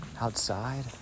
outside